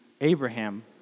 Abraham